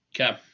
Okay